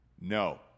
no